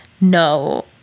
no